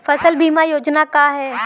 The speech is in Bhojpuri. फसल बीमा योजना का ह?